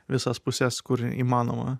visas puses kur įmanoma